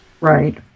Right